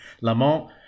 Lamont